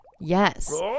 yes